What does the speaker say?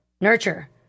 nurture